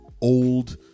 old